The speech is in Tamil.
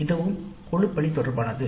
இதுவும் குழுப்பணி தொடர்பானது